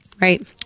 Right